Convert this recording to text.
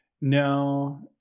no